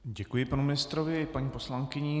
Děkuji panu ministrovi i paní poslankyni.